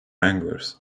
anglers